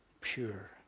pure